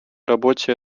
работе